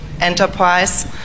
enterprise